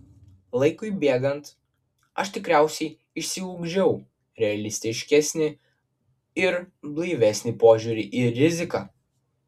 laikui bėgant aš tikriausiai išsiugdžiau realistiškesnį ir blaivesnį požiūrį į riziką